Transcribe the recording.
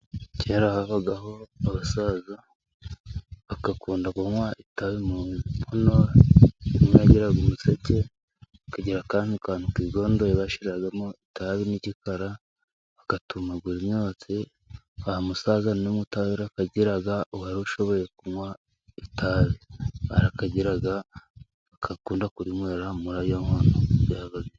Kera habagaho abasaza bagakunda kunwa itabi, mu nkono imwe yagiraga umuseke ikagira akandi kantu kigondoye, bashyiragamo itabi n'igikara bagatumagura imyotsi, nta musaza numwe utarakagiraga uwari ashoboye kunwa itabi, barakagiraga bagakunda kurinwera muri iyo nkono byabaga.......